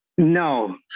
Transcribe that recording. No